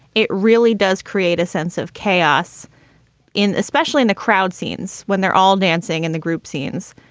it really does create a sense of chaos in especially in the crowd scenes when they're all dancing in the group scenes.